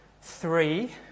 three